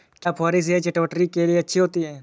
क्या फुहारी सिंचाई चटवटरी के लिए अच्छी होती है?